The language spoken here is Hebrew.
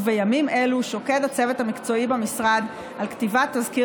ובימים אלו שוקד הצוות המקצועי במשרד על כתיבת תזכיר